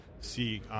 see